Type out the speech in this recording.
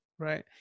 Right